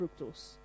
fructose